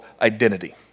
identity